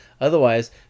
Otherwise